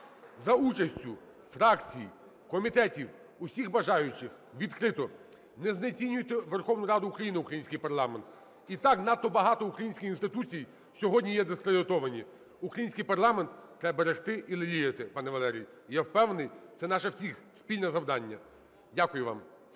за участю фракцій, комітетів, усіх бажаючих. Відкрито. Не знецінюйте Верховну Раду України, український парламент, і так надто багато українських інституцій сьогодні є дискредитовані. Український парламент треба берегти і леліяти, пане Валерію, і я впевнений, це наше всіх спільне завдання. Дякую вам.